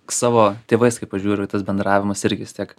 savo tėvais kai pažiūriu tas bendravimas irgi vis tiek